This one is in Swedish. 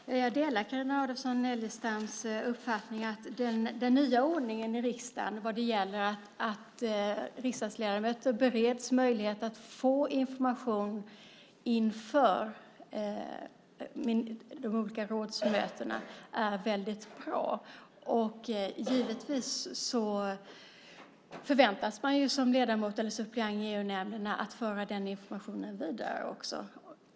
Fru talman! Jag delar Carina Adolfsson Elgestams uppfattning att den nya ordningen i riksdagen där riksdagsledamöter bereds möjlighet att få information inför de olika rådsmötena är väldigt bra. Givetvis förväntas man som ledamot eller suppleant i EU-nämnden föra den informationen vidare också.